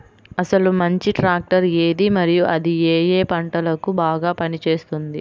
అసలు మంచి ట్రాక్టర్ ఏది మరియు అది ఏ ఏ పంటలకు బాగా పని చేస్తుంది?